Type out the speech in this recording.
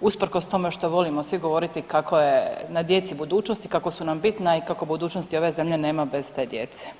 usprkos tome što volimo svi govoriti kako je na djeci budućnost i kako su nam bitna i kako budućnosti ove zemlje nema bez te djece.